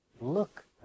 Look